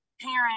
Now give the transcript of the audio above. parent